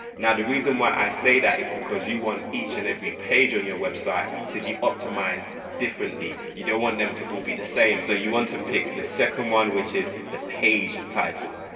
now the reason why i say that is because you want each and every page on your website to be optimized differently you don't want them to all be the same so you want to pick the second one which is the page title.